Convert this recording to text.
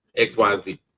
XYZ